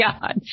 God